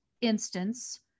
instance